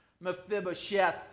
Mephibosheth